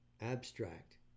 abstract